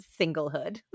singlehood